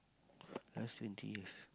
last twenty years